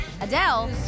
Adele